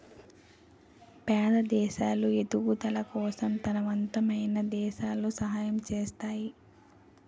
పేద దేశాలు ఎదుగుదల కోసం తనవంతమైన దేశాలు సహాయం చేస్తాయి